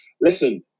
listen